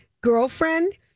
girlfriend